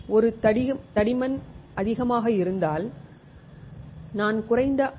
ஒரு தடிமன் அதிகமாக இருந்தால் நான் குறைந்த ஆர்